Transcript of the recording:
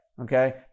Okay